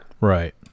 right